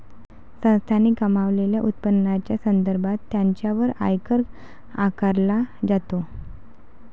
संस्थांनी कमावलेल्या उत्पन्नाच्या संदर्भात त्यांच्यावर आयकर आकारला जातो